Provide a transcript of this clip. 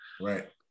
Right